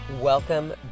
Welcome